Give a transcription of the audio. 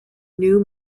new